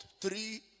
three